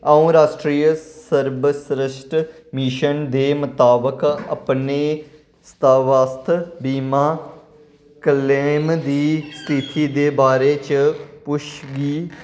अ'ऊं राश्ट्री सर्वश्रर्ट मिशन दे मताबक अपने स्वास्थ बीमा क्लेम दी स्थिति दे बारे च पुच्छ गिच्छ